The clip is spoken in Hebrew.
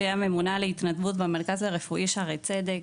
שהיא הממונה על ההתנדבות במרכז הרפואי שערי צדק.